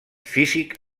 físic